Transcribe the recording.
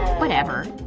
whatever